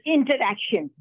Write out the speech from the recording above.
Interaction